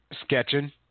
Sketching